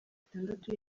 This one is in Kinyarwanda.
itandatu